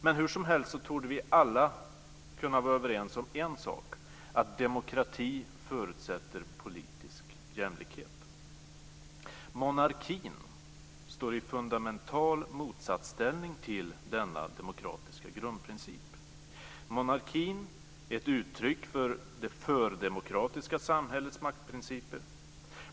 Men hur som helst torde vi alla kunna vara överens om en sak, att demokrati förutsätter politisk jämlikhet. Monarkin står i fundamental motsatsställning till denna demokratiska grundprincip. Monarkin är ett uttryck för det fördemokratiska samhällets maktprinciper.